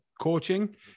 coaching